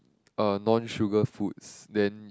a non sugar foods then